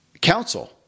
counsel